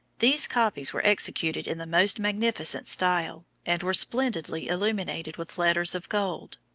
these copies were executed in the most magnificent style, and were splendidly illuminated with letters of gold.